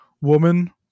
woman